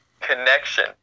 connection